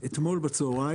אתמול בצהריים,